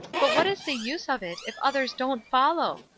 but what is the use of it if others don't follow?